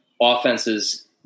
offenses